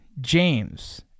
james